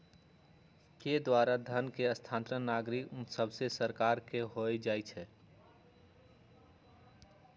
के द्वारा धन के स्थानांतरण नागरिक सभसे सरकार के हो जाइ छइ